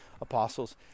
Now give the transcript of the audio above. apostles